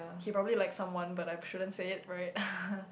he probably likes someone but I shouldn't say it right